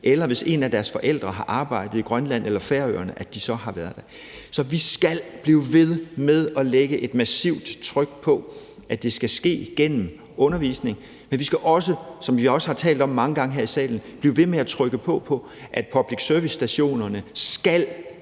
eller hvis en af deres forældre har arbejdet i Grønland eller på Færøerne, at de så har været der. Så vi skal blive ved med at lægge et massivt tryk på, at det skal ske igennem undervisningen, men vi skal også, som vi også har talt om mange gange her i salen, blive ved med at presse på for, at public service-stationerne skal øge